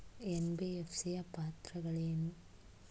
NBFC ಯ ಪಾತ್ರಗಳೇನು?